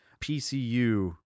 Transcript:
PCU